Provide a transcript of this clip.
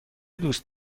دوست